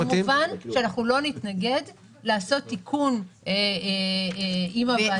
כמובן שאנחנו לא נתנגד לעשות תיקון אם הוועדה תסכים.